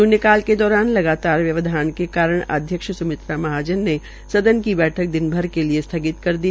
शून्य काल के दौरान लगातार व्यवधान के कारण अध्यक्ष सुमित्रा महाजन ने सदन की बैठक दिन भर के लिये स्थगित कर दी